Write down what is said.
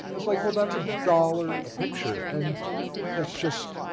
it's like well, that's a dollar a picture and it's just,